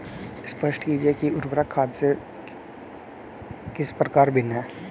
स्पष्ट कीजिए कि उर्वरक खाद से किस प्रकार भिन्न है?